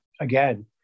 again